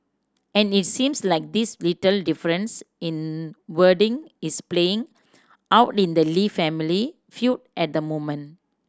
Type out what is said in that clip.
and it seems like these little differences in wording is playing out in the Lee family feud at the moment